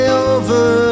over